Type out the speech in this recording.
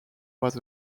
was